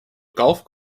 golf